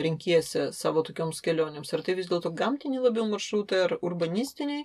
renkiesi savo tokioms kelionėms ar tai vis dėlto gamtiniai labiau maršrutai ir urbanistiniai